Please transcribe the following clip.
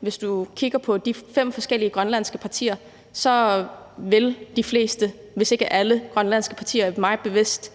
hvis du kigger på de fem forskellige grønlandske partier, at de fleste af dem, hvis ikke alle – det er det mig bekendt